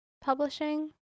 publishing